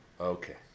Okay